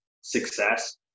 success